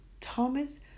Thomas